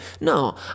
No